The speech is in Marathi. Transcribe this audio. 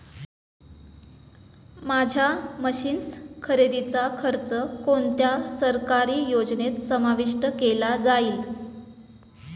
माझ्या मशीन्स खरेदीचा खर्च कोणत्या सरकारी योजनेत समाविष्ट केला जाईल?